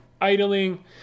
idling